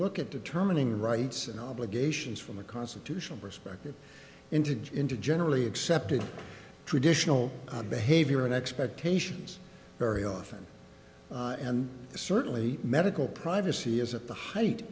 look at determining rights and obligations from a constitutional perspective into get into generally accepted traditional behavior and expectations very often and certainly medical privacy is at the height